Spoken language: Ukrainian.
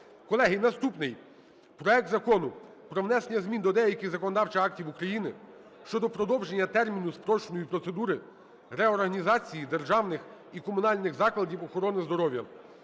наступний: проект Закону про внесення змін до деяких законодавчих актів України щодо продовження терміну спрощеної процедури реорганізації державних і комунальних закладів охорони здоров'я